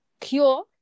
cure